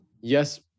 yes